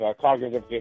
cognitive